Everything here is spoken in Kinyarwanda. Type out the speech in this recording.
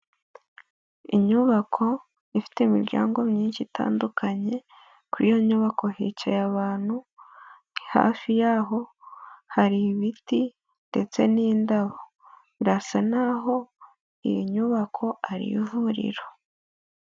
Inyubako ifite imiryango myinshi itandukanye, kuri iyo nyubako hicaye abantu hafi y'aho hari ibiti ndetse n'indabo, birasa n'aho iyo nyubako ari ivuriro.